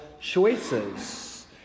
choices